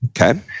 Okay